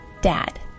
dad